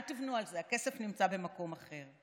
אל תבנו על זה, הכסף נמצא במקום אחר.